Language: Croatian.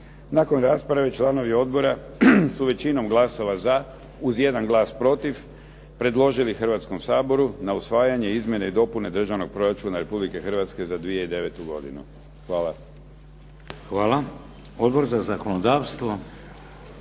Nakon rasprave članovi odbora su većinom glasova za, uz jedan glas protiv predložili Hrvatskom saboru na usvajanje Izmjene i dopune Državnog proračuna Republike Hrvatske za 2009. godinu. Hvala. **Šeks, Vladimir (HDZ)** Hvala. Odbor za zakonodavstvo?